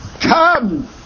Come